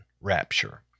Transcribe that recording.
rapture